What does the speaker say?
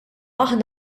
aħna